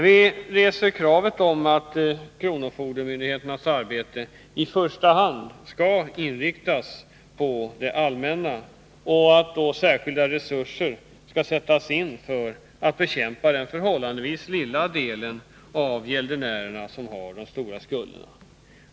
Vpk reser kravet att kronofogdemyndigheternas arbete i första hand skall inriktas på det allmänna och att särskilda resurser skall sättas in för att bekämpa den förhållandevis lilla del av gäldenärerna som har de stora skulderna.